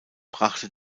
brachte